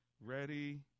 Ready